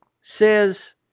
says